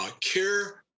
care